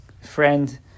friend